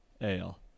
ale